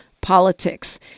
politics